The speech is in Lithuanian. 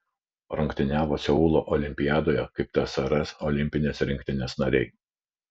rungtyniavo seulo olimpiadoje kaip tsrs olimpinės rinktinės nariai